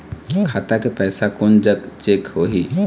खाता के पैसा कोन जग चेक होही?